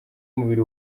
umubiri